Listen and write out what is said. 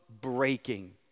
breaking